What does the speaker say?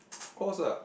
of course ah